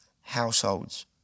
households